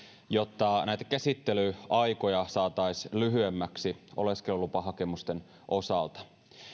jotta käsittelyaikoja saataisiin lyhyemmäksi oleskelulupahakemusten osalta